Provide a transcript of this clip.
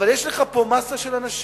אבל יש לך פה מאסה של אנשים,